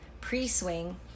pre-swing